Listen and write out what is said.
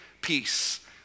peace